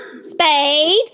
spade